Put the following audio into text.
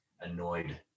annoyed